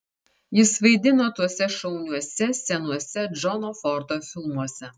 jis vaidino tuose šauniuose senuose džono fordo filmuose